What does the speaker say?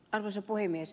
arvoisa puhemies